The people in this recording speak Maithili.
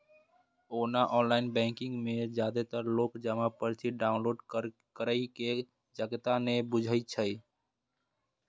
ओना ऑनलाइन बैंकिंग मे जादेतर लोक जमा पर्ची डॉउनलोड करै के खगता नै बुझै छै